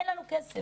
אין לנו כסף.